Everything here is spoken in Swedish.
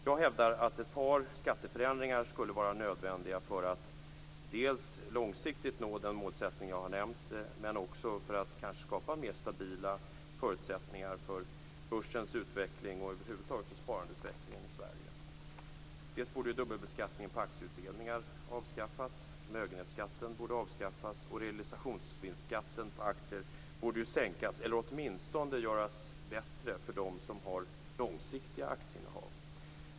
Jag hävdar att ett par skatteförändringar skulle vara nödvändiga för att dels långsiktigt nå det mål jag har nämnt, dels också för att skapa stabila förutsättningar för börsens utveckling och över huvud taget sparandeutvecklingen i Sverige. Dubbelbeskattningen på aktieutdelningar borde avskaffas. Förmögenhetsskatten borde avskaffas och realisationsvinstskatten på aktier borde sänkas eller åtminstone göras bättre för dem som har långsiktiga aktieinnehav.